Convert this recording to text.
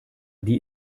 die